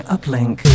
Uplink